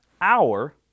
hour